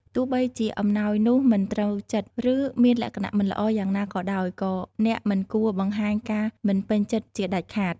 ទោះបីជាអំណោយនោះមិនត្រូវចិត្ត ឬមានលក្ខណៈមិនល្អយ៉ាងណាក៏ដោយ ក៏អ្នកមិនគួរបង្ហាញការមិនពេញចិត្តជាដាច់ខាត។